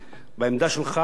גם ועדת שרים לחקיקה,